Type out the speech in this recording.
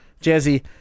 Jazzy